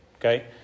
okay